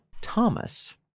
Thomas